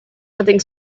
nothing